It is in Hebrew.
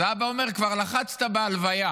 אז האבא אומר: כבר לחצת בהלוויה.